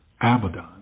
Abaddon